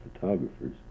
photographers